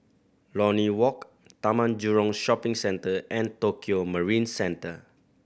Lornie Walk Taman Jurong Shopping Centre and Tokio Marine Centre